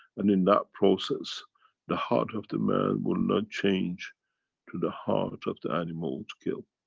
and in that process the heart of the man will not change to the heart of the animal to kill.